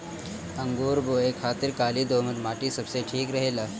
अंगूर बोए खातिर काली दोमट माटी सबसे ठीक रहेला